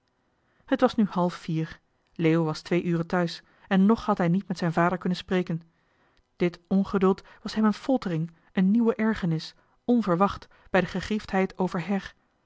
het was nu half vier leo was twee uren thuis en nog had hij niet met zijn vader gesproken dit ongeduld was een foltering een nieuwe ergernis onverwacht bij de gegriefdheid over